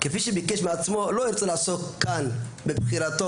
כפי שביקש בעצמו לא ארצה לעסוק כאן בבחירתו,